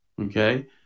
okay